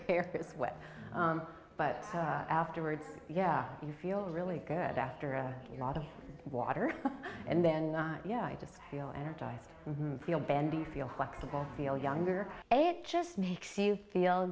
hair gets wet but afterwards yeah you feel really good after a lot of water and then yeah i just feel energized and feel bendy feel flexible feel younger it just makes you feel